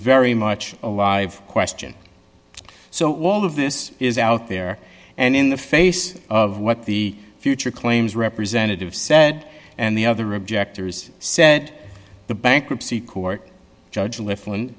very much alive question so all of this is out there and in the face of what the future claims representative said and the other objectors said the bankruptcy court judge lift